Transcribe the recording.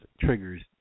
triggers